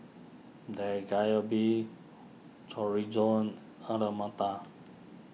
Dak Galbi Chorizo Alu Matar